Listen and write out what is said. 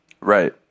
Right